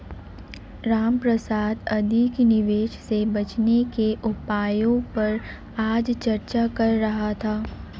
रामप्रसाद अधिक निवेश से बचने के उपायों पर आज चर्चा कर रहा था